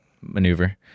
maneuver